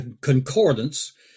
concordance